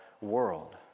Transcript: world